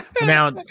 Now